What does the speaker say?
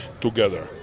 together